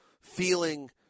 feeling